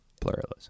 pluralism